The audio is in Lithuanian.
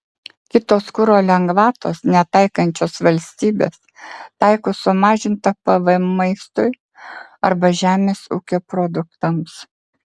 kitos kuro lengvatos netaikančios valstybės taiko sumažintą pvm maistui arba žemės ūkio produktams